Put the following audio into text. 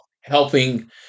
Helping